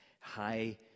high